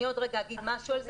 אני אגיד על זה משהו,